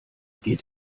geht